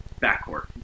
backcourt